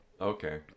Okay